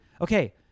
okay